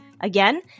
Again